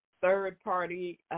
third-party